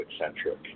eccentric